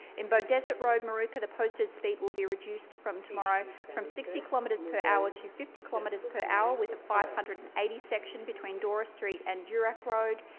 in beaudesert road, moorooka, the posted speed will be reduced from tomorrow from sixty kilometres per hour to fifty kilometres per hour with a five hundred and eighty section between dora street and durack road.